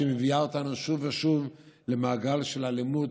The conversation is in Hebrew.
שמביאה אותנו שוב ושוב למעגל של אלימות